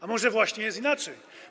A może właśnie jest inaczej.